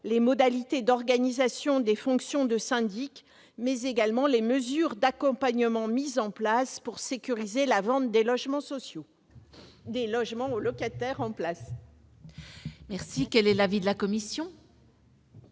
les modalités d'organisation des fonctions de syndic, mais également les mesures d'accompagnement mises en place pour sécuriser la vente des logements aux locataires. Quel est l'avis de la commission ?